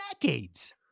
decades